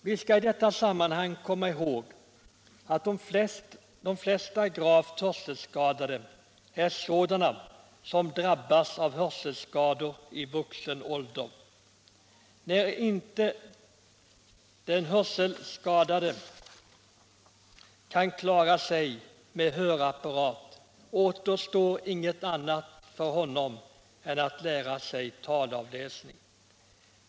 Vi skall i detta sammanhang komma ihåg att de flesta gravt hörselskadade är sådana som drabbats av hörselskador i vuxen ålder. När den hörselskadade inte kan klara sig med hörapparat återstår inget annat för honom än att lära sig talavläsning.